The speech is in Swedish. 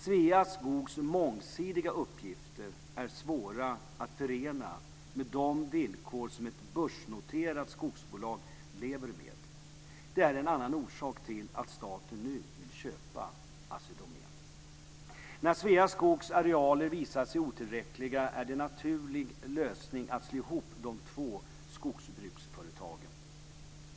Sveaskogs mångsidiga uppgifter är svåra att förena med de villkor som ett börsnoterat skogsbolag lever med. Det är en annan orsak till att staten nu vill köpa Assi Domän. När Sveaskogs arealer visar sig otillräckliga är det en naturlig lösning att slå ihop de två skogsbruksföretagen.